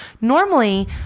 Normally